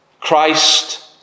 Christ